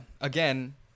Again